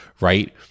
right